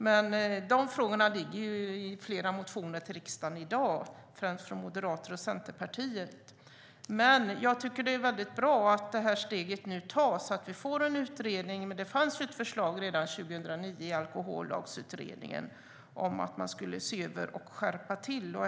Men de frågorna finns i flera motioner till riksdagen i dag, främst från moderater och Centerpartiet. Det är väldigt bra att det här steget nu tas och att vi får en utredning, men Alkohollagsutredningen hade redan 2009 ett förslag om att man skulle se över och skärpa till detta.